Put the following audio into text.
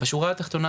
בשורה התחתונה,